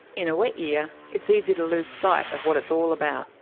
in a wet year, it's easy to lose sight of what it's all about.